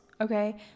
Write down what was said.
okay